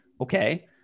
okay